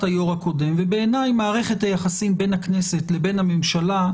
בעיניי מערכת היחסים בין הכנסת לבין הממשלה,